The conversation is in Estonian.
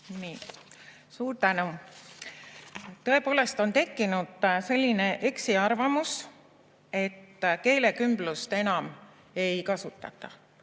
Suur tänu! Tõepoolest on tekkinud selline eksiarvamus, et keelekümblust enam ei kasutata.